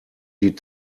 die